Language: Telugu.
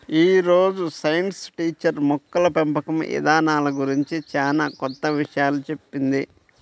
యీ రోజు సైన్స్ టీచర్ మొక్కల పెంపకం ఇదానాల గురించి చానా కొత్త విషయాలు చెప్పింది